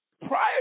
Prior